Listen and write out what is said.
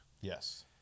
Yes